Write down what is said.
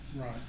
Right